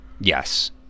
Yes